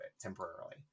temporarily